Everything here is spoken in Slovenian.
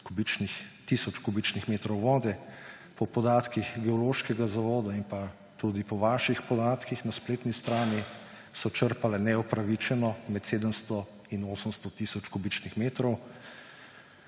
tisoč kubičnih metrov vode. Po podatkih Geološkega zavoda in pa tudi po vaših podatkih na spletni strani so črpale neupravičeno med 700 in 800 tisoč kubičnih metrov;